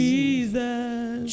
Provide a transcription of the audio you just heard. Jesus